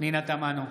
פנינה תמנו,